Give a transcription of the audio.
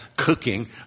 cooking